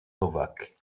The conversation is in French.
novák